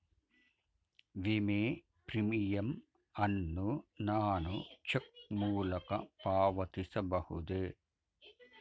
ವಿಮೆ ಪ್ರೀಮಿಯಂ ಅನ್ನು ನಾನು ಚೆಕ್ ಮೂಲಕ ಪಾವತಿಸಬಹುದೇ?